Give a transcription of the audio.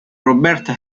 roberta